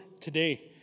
today